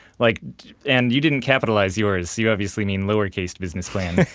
like and you didn't capitalize yours. you obviously mean lower cased business plan.